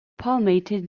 palmated